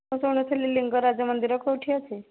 ମୁଁ ଶୁଣିଥିଲି ଲିଙ୍ଗରାଜ ମନ୍ଦିର କେଉଁଠି ଅଛି